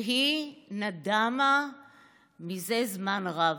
והיא נדמה מזה זמן רב.